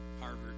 Harvard